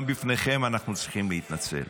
גם בפניכם אנחנו צריכים להתנצל.